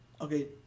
Okay